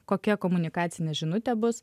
kokia komunikacinė žinutė bus